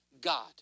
God